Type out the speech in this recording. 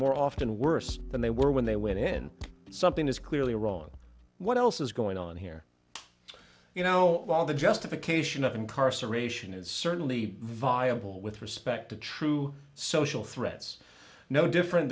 more often worse than they were when they went in something is clearly wrong what else is going on here you know all the justification of incarceration is certainly viable with respect to true social threats no different